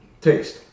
taste